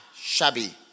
shabby